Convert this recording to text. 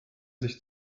sich